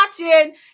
watching